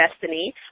Destiny